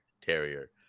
terrier